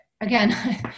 again